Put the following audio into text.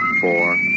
Four